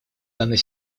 данной